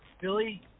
Billy